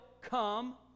come